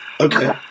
Okay